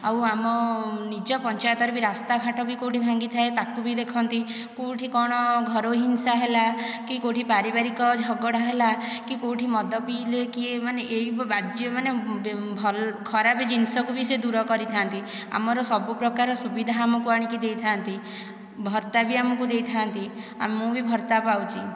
ଆଉ ଆମ ନିଜ ପଞ୍ଚାୟତ ରେ ବି ରାସ୍ତା ଘାଟ କେଉଁଠି ବି ଯେଉଁଠି ଭାଙ୍ଗିଥାଏ ତାକୁ ବି ଦେଖନ୍ତି କେଉଁଠି କଣ ଘରୋଇ ହିଂସା ହେଲା କି କେଉଁଠି ପାରିବାରିକ ଝଗଡ଼ା ହେଲା କି କେଉଁଠି ମଦ ପିଇଲେ କିଏ ଏଇମାନେ ବାଜେ ମାନେ ଖରାପ ଜିନିଷକୁ ବି ଦୂର କରିଥାନ୍ତି ଆମର ସବୁପ୍ରକାର ସୁବିଧା ଆମକୁ ଆଣିକି ଦେଇଥାନ୍ତି ଭତ୍ତା ବି ଆମକୁ ଦେଇଥାନ୍ତି ଆଉ ମୁଁ ବି ଭତ୍ତା ପାଉଛି